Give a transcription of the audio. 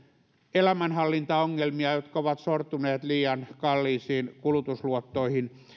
elämänhallintaongelmia ja jotka ovat sortuneet liian kalliisiin kulutusluottoihin